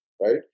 right